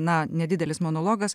na nedidelis monologas